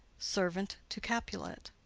servant to capulet.